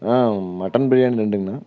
ஆ mutton biryani ரெண்டுங்கணா